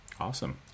awesome